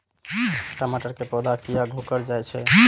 टमाटर के पौधा किया घुकर जायछे?